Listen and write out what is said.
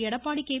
Edappadi K